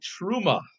Truma